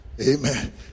amen